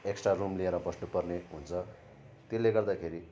extra room लिएर बस्नुपर्ने हुन्छ त्यसले गर्दाखेरि